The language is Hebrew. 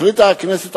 החליטה הכנסת,